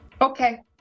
Okay